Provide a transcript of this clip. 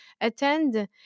attend